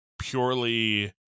purely